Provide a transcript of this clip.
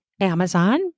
Amazon